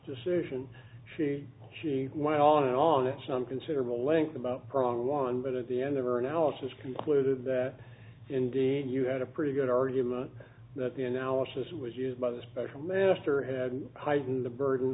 decision she she went on and on it some considerable length about prong one but at the end of her analysis concluded that indeed you had a pretty good argument that the analysis was used by the special master had heightened the burden